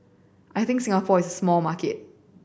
I think Singapore is small market